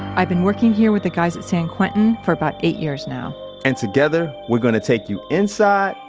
i've been working here with the guys at san quentin for about eight years now and together, we're gonna take you inside,